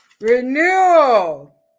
renewal